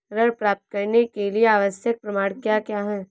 ऋण प्राप्त करने के लिए आवश्यक प्रमाण क्या क्या हैं?